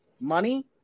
Money